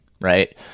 Right